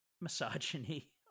misogyny